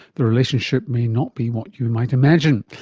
the relationship may not be what you might imagine.